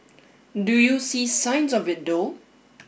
do you see signs of it though